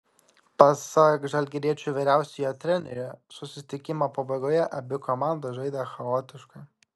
pasak žalgiriečių vyriausiojo trenerio susitikimo pabaigoje abi komandos žaidė chaotiškai